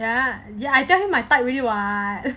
ya I tell him my type already [what]